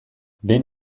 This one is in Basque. behin